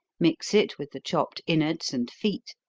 mix it with the chopped inwards and feet,